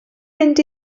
mynd